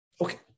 Okay